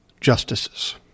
justices